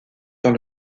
dans